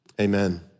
Amen